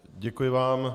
Děkuji vám.